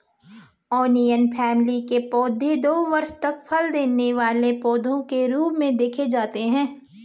onion family के पौधे दो वर्ष तक फल देने वाले पौधे के रूप में देखे जाते हैं